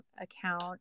account